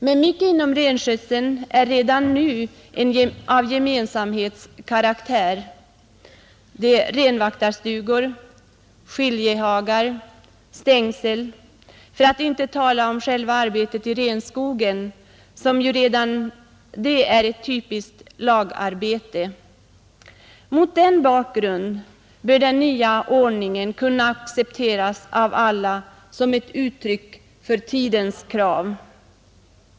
Men mycket inom renskötseln är redan nu av gemensamhetskaraktär — renvaktarstugor, skiljehagar och stängsel för att inte tala om själva arbetet i renskogen som ju redan det är ett typiskt lagarbete. Mot den bakgrunden bör den nya ordningen kunna accepteras av alla som ett uttryck för tidens krav.